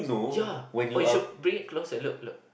ya oh you should bring it closer look look